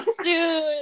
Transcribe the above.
dude